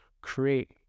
create